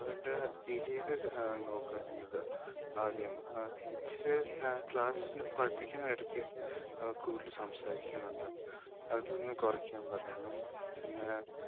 അവൻറ്റെ behaviour നോക്ക് നിങ്ങൾ ആദ്യം ടീച്റ് ക്ലാസ്ല് പഠിപ്പിക്കുന്ന ഇടയ്ക്ക് അവൻ കൂടുതൽ സംസാരിക്കുന്നുണ്ട് അതൊന്ന് കുറയ്ക്കാൻ പറയണം പിന്നെ